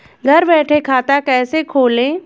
घर बैठे खाता कैसे खोलें?